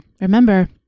remember